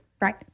Right